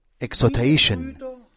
exhortation